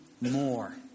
more